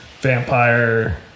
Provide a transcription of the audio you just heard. vampire